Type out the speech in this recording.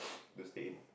don't stay in